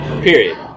Period